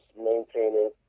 maintaining